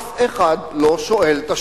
ואף אחד לא שואל את השאלה.